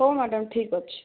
ହଉ ମ୍ୟାଡ଼ାମ ଠିକ୍ ଅଛି